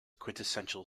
quintessential